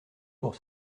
pour